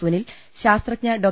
സുനിൽ ശാസ്ത്രജ്ഞ ഡോ